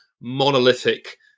monolithic